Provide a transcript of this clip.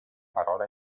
parola